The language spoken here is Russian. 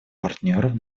партнеров